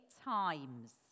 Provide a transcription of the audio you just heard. times